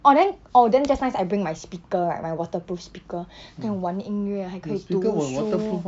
orh then oh then just nice I bring my speaker right my waterproof speaker then 我玩音乐还可以读书